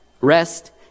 rest